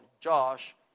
Josh